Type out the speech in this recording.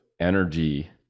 energy